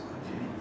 okay